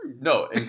No